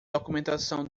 documentação